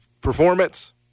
performance